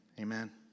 Amen